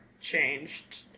changed